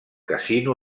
casino